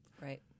Right